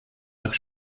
nach